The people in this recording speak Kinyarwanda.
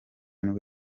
nibwo